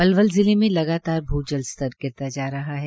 पलवल जिले में लगातार भूजल स्तर गिरता जा रहा है